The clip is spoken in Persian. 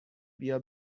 بیا